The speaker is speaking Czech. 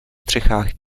střechách